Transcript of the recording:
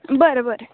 बर बर